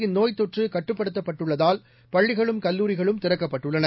இந்நோய்த் தொற்று கட்டுப்படுத்தப்பட்டுள்ளதால் பள்ளிகளும் கல்லூரிகளும் திறக்கப்பட்டுள்ளன